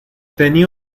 tenía